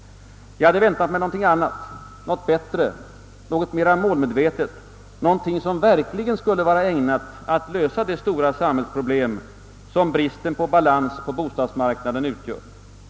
Jag hade väntat mig någonting annat, något bättre och mera målmedvetet, någonting som verkligen skulle vara ägnat att lösa det stora samhällsproblem som bristen på balans på bostadsmarknaden utgör.